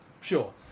Sure